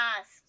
asked